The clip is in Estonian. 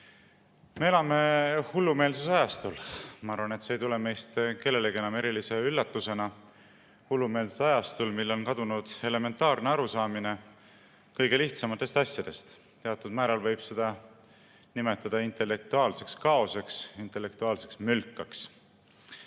elame hullumeelsuse ajastul – ma arvan, et see ei tule meist kellelegi enam erilise üllatusena –, mil on kadunud elementaarne arusaamine kõige lihtsamatest asjadest. Teatud määral võib seda nimetada intellektuaalseks kaoseks, intellektuaalseks mülkaks.